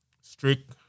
strict